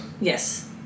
Yes